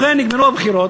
ובכן, נגמרו הבחירות,